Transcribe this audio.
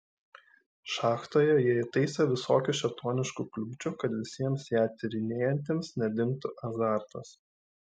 šachtoje jie įtaisė visokių šėtoniškų kliūčių kad visiems ją tyrinėjantiems nedingtų azartas